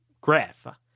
graph